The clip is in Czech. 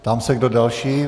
Ptám se, kdo další.